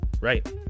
Right